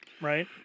right